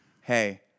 hey